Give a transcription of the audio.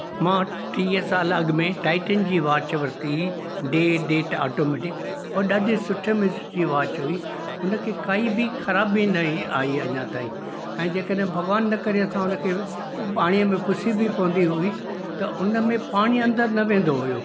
मां टीह सालु अॻिमें टाइटन जी वॉच वरिती ही डे डेट ऑटोमेटिक हो ॾाढे सुठे में सुठी वॉच हुई हुनखे काई बि ख़राबी न ही आई अञा ताईं ऐं जंहिं करे भॻवान न करे असां उनखे पाणीअ में फुसी बि पवंदी हुई त उनमें पाणी अंदरि न वेंदो हुयो